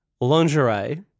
lingerie